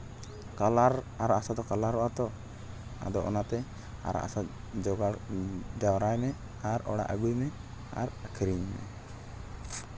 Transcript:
colour ᱟᱨᱟᱜ ᱦᱟᱥᱟ ᱫᱚ ᱠᱟᱞᱟᱨᱚᱜᱼᱟ ᱛᱚ ᱟᱫᱚ ᱚᱱᱟᱛᱮ ᱟᱨᱟᱜ ᱦᱟᱥᱟ ᱡᱚᱜᱟᱲ ᱡᱟᱣᱨᱟᱭ ᱢᱮ ᱟᱨ ᱚᱲᱟᱜ ᱟᱹᱜᱩᱭ ᱢᱮ ᱟᱨ ᱟᱹᱠᱷᱨᱤᱧ ᱢᱮ